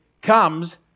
comes